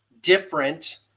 different